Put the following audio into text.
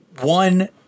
one